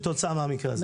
כתוצאה מהמקרה הזה.